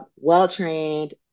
well-trained